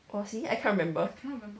was he I cannot remember